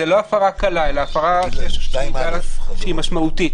זו לא הפרה קלה אלא הפרה שהיא משמעותית.